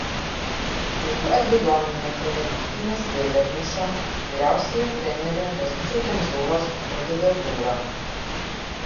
jokių abejonių nekelia rinktinės vėliavnešio vyriausiojo trenerio kęstučio kemzūros kandidatūra